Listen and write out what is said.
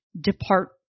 depart